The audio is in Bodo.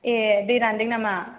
ए दै रान्दों नामा